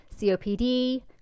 COPD